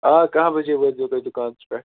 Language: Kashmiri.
آ کاہ بجے وٲتزیٚو تُہۍ دُکانس پٮ۪ٹھ